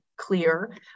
clear